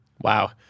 Wow